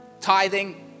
tithing